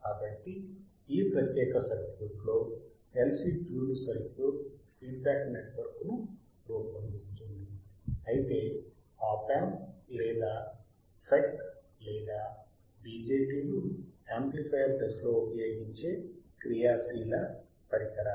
కాబట్టి ఈ ప్రత్యేక సర్క్యూట్లో LC tuned circuit feed back నెట్వర్క్ను రూపొందిస్తుంది అయితే ఆప్ యాంప్ లేదా ఫెట్ లేదా బిజెటి లు యాంప్లిఫయర్ దశలో ఉపయోగించే క్రియాశీల పరికరాలు